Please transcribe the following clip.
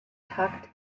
tucked